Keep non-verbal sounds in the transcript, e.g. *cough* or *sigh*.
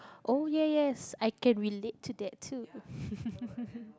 oh ya ya yes I can relate to that too *laughs*